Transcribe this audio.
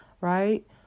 right